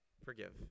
forgive